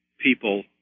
people